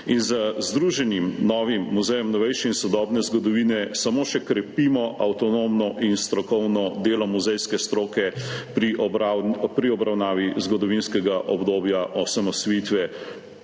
in z združenim, novim Muzejem novejše in sodobne zgodovine samo še krepimo avtonomno in strokovno delo muzejske stroke pri obravnavi zgodovinskega obdobja osamosvojitve